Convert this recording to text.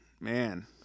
man